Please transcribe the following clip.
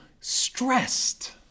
stressed